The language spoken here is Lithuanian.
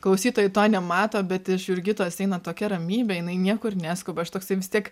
klausytojai to nemato bet iš jurgitos eina tokia ramybė jinai niekur neskuba aš toksai vis tiek